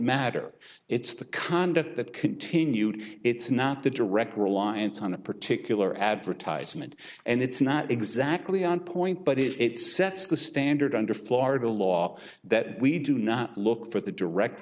matter it's the conduct that continued it's not the direct reliance on a particular advertisement and it's not exactly on point but it sets the standard under florida law that we do not look for the direct